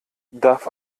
darf